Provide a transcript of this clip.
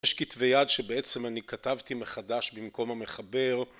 יש כתבי יד שבעצם אני כתבתי מחדש במקום המחבר